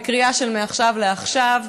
בקריאה של מעכשיו לעכשיו,